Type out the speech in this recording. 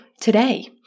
today